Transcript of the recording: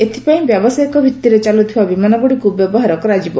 ଏଥିପାଇଁ ବ୍ୟବସାୟିକ ଭିତ୍ତିରେ ଚାଲୁଥିବା ବିମାନଗୁଡ଼ିକୁ ବ୍ୟବହାର କରାଯିବ